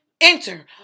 Enter